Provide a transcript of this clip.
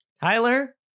Tyler